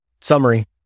Summary